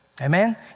Amen